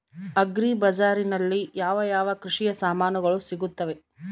Agri ಬಜಾರಿನಲ್ಲಿ ಯಾವ ಯಾವ ಕೃಷಿಯ ಸಾಮಾನುಗಳು ಸಿಗುತ್ತವೆ?